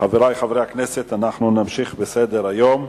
חברי חברי הכנסת, אנחנו נמשיך בסדר-היום: